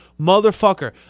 motherfucker